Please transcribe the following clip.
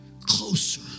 closer